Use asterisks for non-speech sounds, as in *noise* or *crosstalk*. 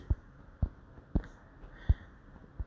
*noise* *breath*